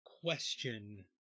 question